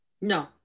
No